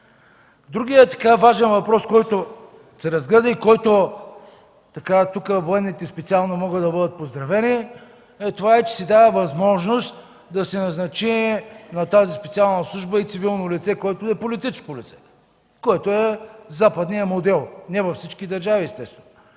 Другият важен въпрос, който се разгледа и за който военните могат да бъдат специално поздравени, е това, че се дава възможност да се назначи на тази специална служба и цивилно лице, което е политическо лице, което е западният модел. Не във всички държави, естествено.